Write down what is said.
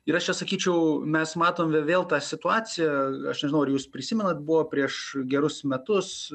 ir aš čia sakyčiau mes matome vėl tą situaciją aš nežinau ar jūs prisimenat buvo prieš gerus metus